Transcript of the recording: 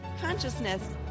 consciousness